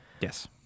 Yes